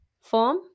form